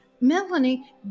Melanie